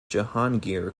jahangir